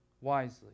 wisely